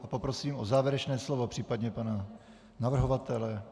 A poprosím o závěrečné slovo případně pana navrhovatele...